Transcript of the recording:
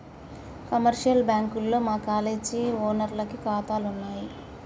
commercial బ్యాంకుల్లో మా college ఓనర్లకి కాతాలున్నయి